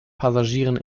passagieren